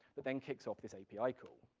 that then kicks off this api call.